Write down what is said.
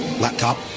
laptop